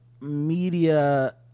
media